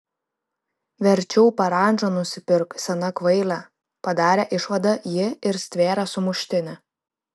verčiau parandžą nusipirk sena kvaile padarė išvadą ji ir stvėrė sumuštinį